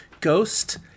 Ghost